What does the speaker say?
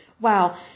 Wow